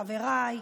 חבריי,